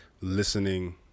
listening